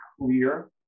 clear